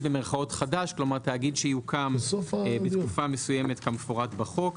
במירכאות חדש כלומר תאגיד שיוקם בתקופה מסוימת כמפורט בחוק.